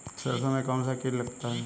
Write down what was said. सरसों में कौनसा कीट लगता है?